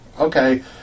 okay